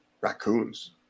raccoons